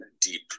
deep